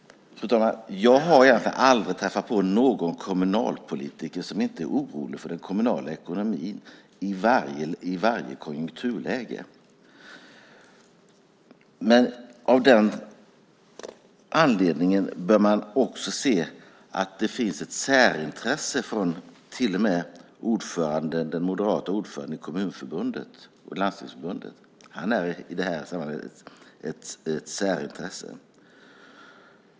Fru talman! Jag har egentligen aldrig träffat på någon kommunalpolitiker som inte är orolig för den kommunala ekonomin i varje konjunkturläge. Men av den anledningen bör man också se att det finns ett särintresse till och med från den moderate ordföranden i Sveriges Kommuner och Landsting. Han är i detta sammanhang ett särintresse.